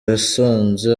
yasanze